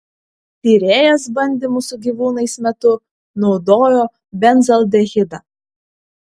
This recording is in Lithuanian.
tyrėjas bandymų su gyvūnais metu naudojo benzaldehidą